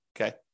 Okay